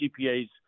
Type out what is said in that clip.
GPAs